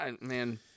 Man